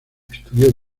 estudió